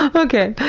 ah okay,